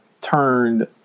turned